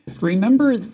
Remember